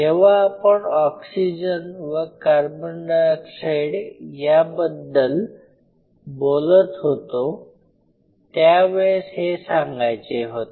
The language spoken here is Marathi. जेव्हा आपण ऑक्सिजन व कार्बन डाय ऑक्साइड याबद्दल बोलत होतो त्यावेळेस हे सांगायचे होते